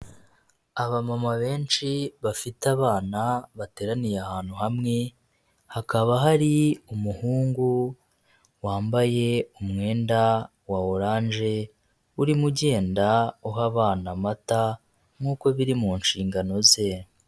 Abamama benshi bafite abana bateraniye ahantu hamwe, hakaba hari umuhungu wambaye umwenda wa oranje, urimo ugenda uha abana amata nkuko biri mu nshingano ze.